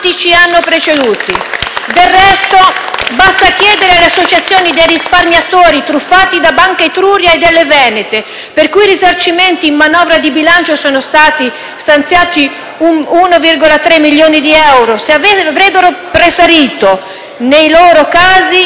e M5S).* Del resto basta chiedere alle associazioni dei risparmiatori truffati da Banca Etruria e dalle banche venete, per i cui risarcimenti in manovra di bilancio sono stati stanziati 1,3 milioni di euro, se avrebbero preferito nei loro casi